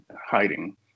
hiding